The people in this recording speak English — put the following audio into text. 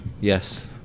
Yes